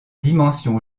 dimension